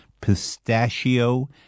pistachio